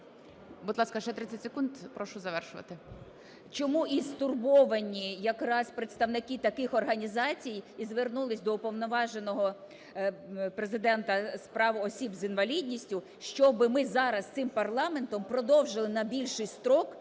Будь ласка, ще 30 секунд і прошу завершувати. ЮЖАНІНА Н.П. …чому і стурбовані якраз представники таких організацій, і звернулись до Уповноваженого Президента з прав осіб з інвалідністю, щоб ми зараз цим парламентом продовжили на більший строк,